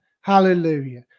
hallelujah